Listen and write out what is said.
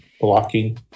blocking